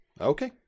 Okay